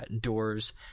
doors